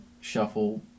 shuffle